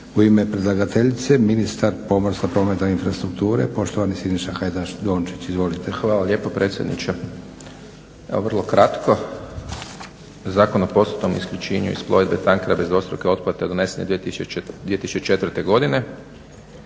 U ime predlagateljice ministar pomorstva, prometa i infrastrukture poštovani Siniša Hajdaš Dončić. **Hajdaš Dončić, Siniša (SDP)** Hvala lijepo predsjedniče. Evo vrlo kratko. Zakon o postupnom isključenju iz plovidbe tankera bez dvostruke oplate donesen je 2004. godine